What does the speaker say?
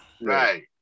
Right